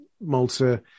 Malta